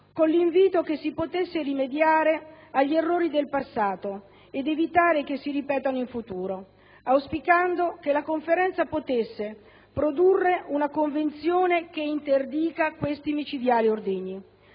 con l'invito che si potesse «rimediare agli errori del passato ed evitare che si ripetano in futuro», auspicando che la Conferenza potesse «produrre una Convenzione che interdica questi micidiali ordigni».